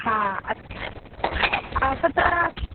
हा अस्तु अस्तु तत्र